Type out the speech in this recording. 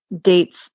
dates